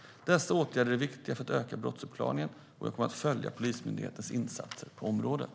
Dessa åtgärder är viktiga för att öka brottsuppklaringen, och jag kommer att följa Polismyndighetens insatser på området.